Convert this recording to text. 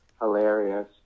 hilarious